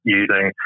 using